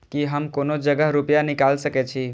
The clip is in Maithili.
की हम कोनो जगह रूपया निकाल सके छी?